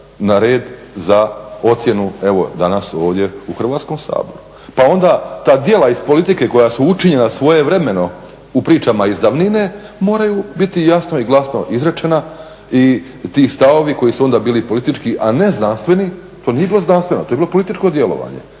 na red za ocjenu evo danas ovdje u Hrvatskom saboru. Pa onda ta djela iz politike koja su učinjena svojevremeno u pričama iz davnine moraju biti jasno i glasno izrečena i ti stavovi koji su onda bili politički, a ne znanstveni, to nije bilo znanstveno, to je bilo političko djelovanje,